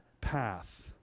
path